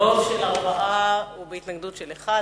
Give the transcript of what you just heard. ברוב של ארבעה ובהתנגדות של אחד,